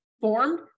formed